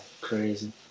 crazy